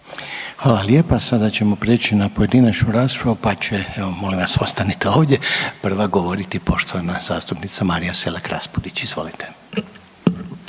Hvala lijepa. Sada ćemo prijeći na pojedinačnu raspravu, pa će, molim vas ostanite ovdje, prva govoriti poštovana zastupnica Marija Selak Raspudić, izvolite.